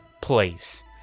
place